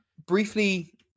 Briefly